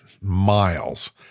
miles